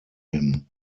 him